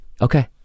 Okay